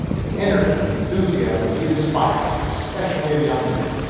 the energy and enthusiasm he inspired, especially in young people,